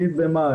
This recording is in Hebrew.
ואגיד במה.